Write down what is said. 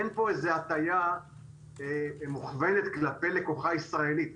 אין פה איזו הטעיה מוכוונת כלפי לקוחה ישראלית.